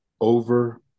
over